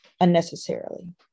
unnecessarily